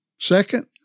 Second